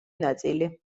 ნაწილი